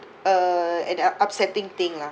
uh an upsetting thing lah